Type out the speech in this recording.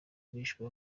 bishwe